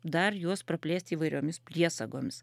dar juos praplėsti įvairiomis priesagomis